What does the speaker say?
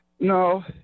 No